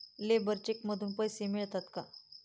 Labour cheque मधून पैसे मिळतात का?